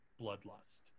bloodlust